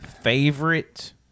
favorite